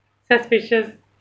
suspicious